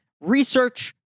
research